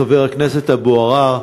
חבר הכנסת אבו עראר,